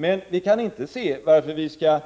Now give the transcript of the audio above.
Men jag kan inte se varför vi skall